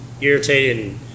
irritated